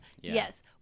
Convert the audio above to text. Yes